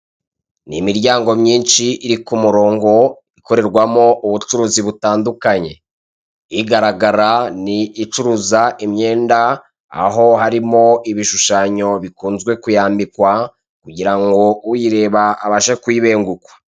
Ni imiryanngo myinshi iri ku murongo, ikorerwamo ubucuruzi butandukanye, igaragara ni icuruza imyenda, aho harimo ibishushanyo bikunzwe kuyambikwa kugira ngo uryireba, abashe kuyibengukwa.